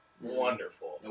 wonderful